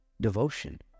devotion